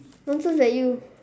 nonsense eh you